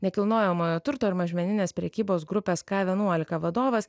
nekilnojamojo turto ir mažmeninės prekybos grupės ka vienuolika vadovas